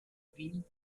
wien